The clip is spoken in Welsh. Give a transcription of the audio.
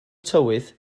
tywydd